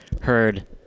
heard